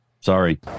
sorry